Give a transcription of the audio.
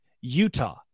Utah